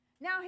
Now